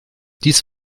dies